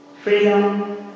freedom